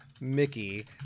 Mickey